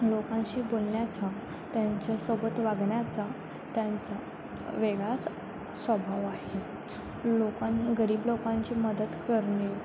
लोकांशी बोलण्याचा त्यांच्यासोबत वागण्याचा त्यांचा वेगळाच स्वभाव आहे लोकां गरीब लोकांची मदत करणे